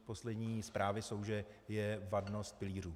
Poslední zprávy jsou, že je vadnost pilířů.